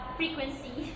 frequency